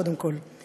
קודם כול,